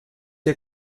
der